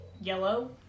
Yellow